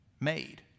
made